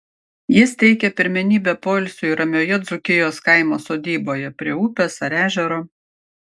jis teikia pirmenybę poilsiui ramioje dzūkijos kaimo sodyboje prie upės ar ežero